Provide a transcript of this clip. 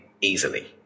easily